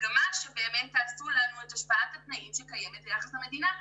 במגמה שבאמת תעשו לנו את השוואת התנאים שקיימת ביחס למדינה.